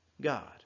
God